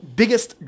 biggest